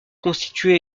constitué